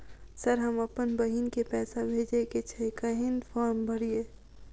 Sir हम अप्पन बहिन केँ पैसा भेजय केँ छै कहैन फार्म भरीय?